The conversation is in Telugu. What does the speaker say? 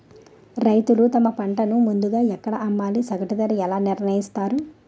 రైతులు తమ పంటను ముందుగా ఎక్కడ అమ్మాలి? సగటు ధర ఎలా నిర్ణయిస్తారు?